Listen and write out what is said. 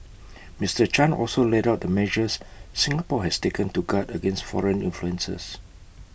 Mister chan also laid out the measures Singapore has taken to guard against foreign influences